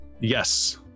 Yes